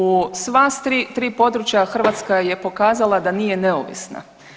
U sva tri područja Hrvatska je pokazala da nije neovisna.